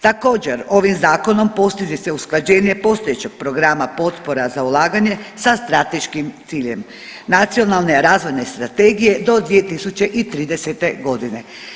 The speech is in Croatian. Također, ovim zakonom postiže se usklađenje postojećeg programa potpora za ulaganje sa strateškim ciljem Nacionalne razvojne strategije do 2030. godine.